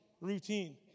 routine